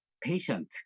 patient